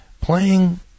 playing